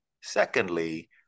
Secondly